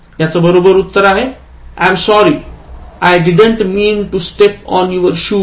याच बरोबर उत्तर आहे I'm sorry - I didn't mean to step on your shoes